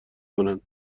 کنند